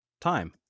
Time